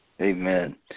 Amen